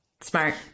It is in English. smart